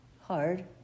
hard